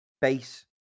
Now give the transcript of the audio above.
base